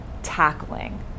tackling